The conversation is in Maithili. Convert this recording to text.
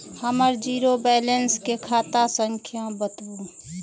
हमर जीरो बैलेंस के खाता संख्या बतबु?